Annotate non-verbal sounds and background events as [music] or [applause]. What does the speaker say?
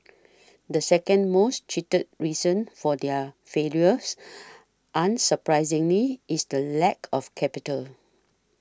the second most cheated reason for their failures [noise] unsurprisingly is the lack of capital